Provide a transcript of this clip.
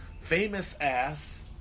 famous-ass